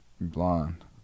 Blonde